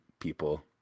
People